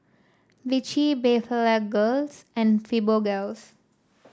Vichy Blephagels and Fibogels